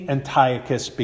Antiochus